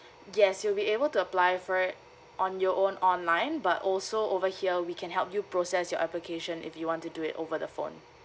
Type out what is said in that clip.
yes you'll be able to apply for it on your own online but also over here we can help you process your application if you want to do it over the phone